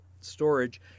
storage